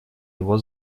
его